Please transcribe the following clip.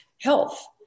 health